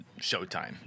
Showtime